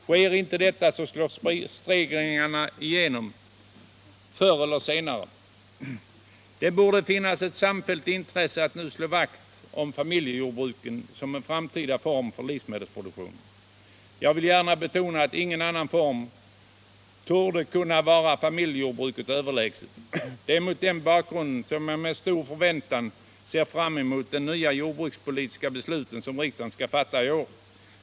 Sker inte detta slår prisstegringarna självfallet förr eller senare igenom i matpriserna. Det borde finnas ett samfällt intresse av att nu slå vakt om familjejordbruket som en framtida form för livsmedelsproduktion. Och jag vill gärna betona att ingen annan form torde kunna vara familjejordbruket överlägsen. Det är mot denna bakgrund som jag med stor förväntan ser fram emot det nya jordbrukspolitiska beslut som riksdagen skall fatta i år.